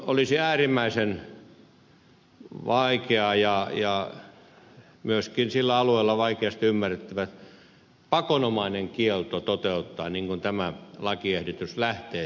olisi äärimmäisen vaikeaa ja myöskin sillä alueella vaikeasti ymmärrettävää toteuttaa pakonomainen kielto mistä tämä lakiesitys lähtee